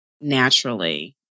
naturally